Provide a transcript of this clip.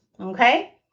Okay